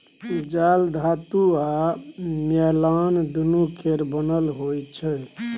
जाल धातु आ नॉयलान दुनु केर बनल होइ छै